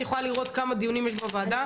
את יכולה לראות כמה דיונים יש בוועדה.